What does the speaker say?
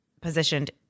positioned